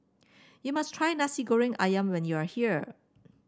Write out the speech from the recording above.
you must try Nasi Goreng ayam when you are here